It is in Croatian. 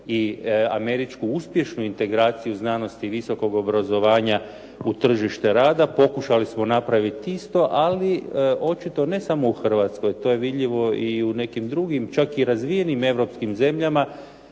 i američku uspješnu integraciju znanosti i visokog obrazovanja u tržište rada, pokušali smo napraviti isto, ali očito ne samo u Hrvatskoj. To je vidljivo i u nekim drugim, čak i razvijenim europskim zemljama.